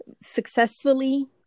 successfully